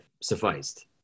sufficed